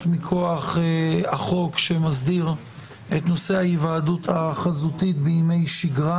מכוח החוק שמסדיר את נושא ההיוועדות החזותית בימי שגרה.